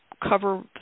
cover